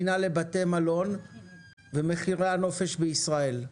המדינה לבתי מלון ולמחירי הנופש בישראל.